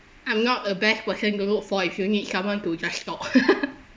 I'm not a best person to look for if you need someone to just talk